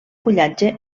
fullatge